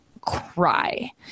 cry